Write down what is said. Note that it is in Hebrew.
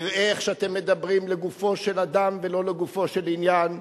יראה איך שאתם מדברים לגופו של אדם ולא לגופו של עניין,